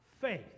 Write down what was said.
faith